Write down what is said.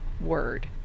word